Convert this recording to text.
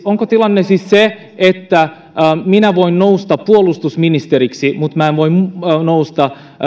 onko tilanne siis se että minä voin nousta puolustusministeriksi mutta minä en voi nousta